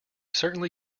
certainly